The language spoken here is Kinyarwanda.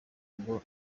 ngo